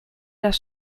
das